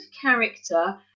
character